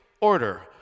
order